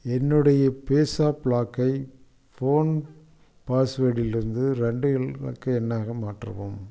என்னுடைய பேஸாப் லாக்கை ஃபோன் பாஸ்வேர்டிலிருந்து ரெண்டு இலக்கு எண்ணாக மாற்றவும்